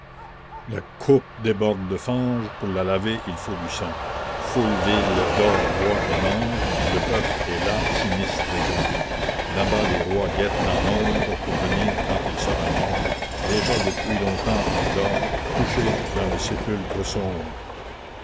la coupe déborde de fange pour la laver il faut du sang la commune foule vile dors bois et mange le peuple est là sinistre et grand là-bas les rois guettent dans l'ombre pour venir quand il sera mort déjà depuis longtemps il dort couché dans le sépulcre sombre